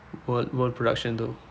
wo~ world production though